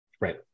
right